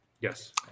Yes